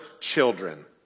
children